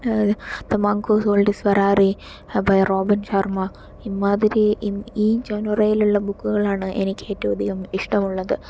the monk who sold his Ferrari by Robin Sharma ഇമ്മാതിരി ഈ ജനറയിൽ ഉള്ള ബുക്കുകളാണ് എനിക്ക് ഏറ്റവും അധികം വില് ഇഷ്ടമുള്ളത്